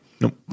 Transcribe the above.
Nope